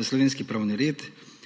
v slovenski pravni red,